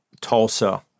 Tulsa